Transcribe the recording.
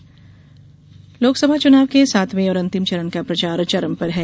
चुनाव प्रचार लोकसभा चुनाव के सातवें और अंतिम चरण का प्रचार चरम पर है